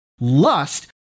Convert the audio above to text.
Lust